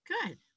good